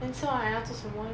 then 吃完 liao 要做什么 leh